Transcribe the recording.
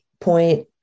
point